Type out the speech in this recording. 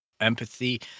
empathy